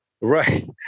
Right